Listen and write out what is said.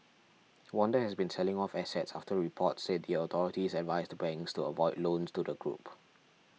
Wanda has been selling off assets after reports said the authorities advised banks to avoid loans to the group